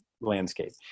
landscape